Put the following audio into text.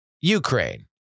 Ukraine